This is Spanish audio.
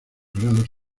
grados